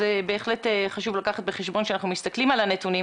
זה בהחלט חשוב לקחת בחשבון כשאנחנו מסתכלים על הנתונים,